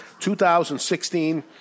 2016